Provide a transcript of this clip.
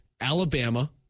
Alabama